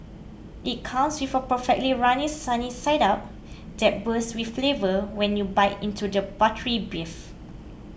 it comes with a perfectly runny sunny side up that bursts with flavour when you bite into the buttery beef